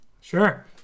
Sure